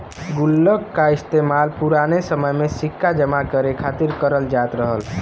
गुल्लक का इस्तेमाल पुराने समय में सिक्का जमा करे खातिर करल जात रहल